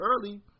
early